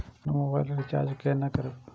हम अपन mobile recharge केना करब?